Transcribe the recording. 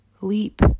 Leap